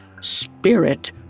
Spirit